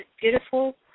beautiful